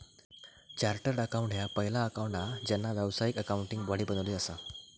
chartered accountant ह्या पहिला accountant हा ज्यांना व्यावसायिक अकाउंटिंग बॉडी बनवली असा